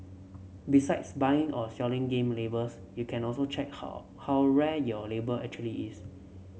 besides buying or selling game labels you can also check how how rare your label actually is